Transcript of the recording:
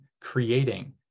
creating